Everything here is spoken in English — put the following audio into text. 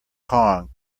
kong